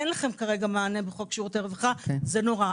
אין לכם כרגע מענה בחוק שירותי רווחה - זה נורא.